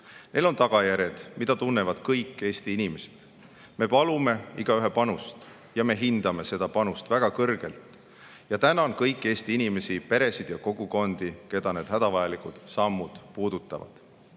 Neil on tagajärjed, mida tunnevad kõik Eesti inimesed. Me palume igaühe panust ja me hindame seda panust väga kõrgelt. Tänan kõiki Eesti inimesi, peresid ja kogukondi, keda need hädavajalikud sammud puudutavad. Teame